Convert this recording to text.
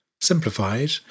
simplified